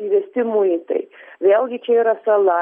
įvesti muitai vėlgi čia yra sala